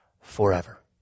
forever